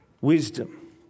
Wisdom